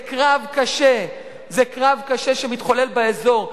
זה קרב קשה, זה קרב קשה שמתחולל באזור.